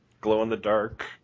glow-in-the-dark